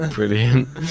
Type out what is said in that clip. Brilliant